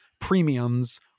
premiums